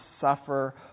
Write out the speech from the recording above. suffer